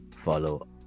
follow